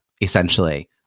essentially